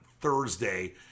Thursday